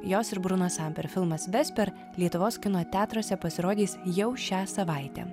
jos ir bruno samper filmas vesper lietuvos kino teatruose pasirodys jau šią savaitę